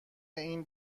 این